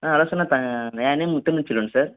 ஆ hello sir நான் த என் நேம் முத்தமிழ்செல்வன் சார்